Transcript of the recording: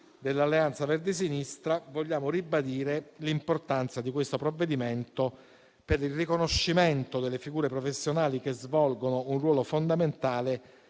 di Alleanza Verdi-Sinistra, vogliamo ribadire l'importanza di questo provvedimento per il riconoscimento delle figure professionali che svolgono un ruolo fondamentale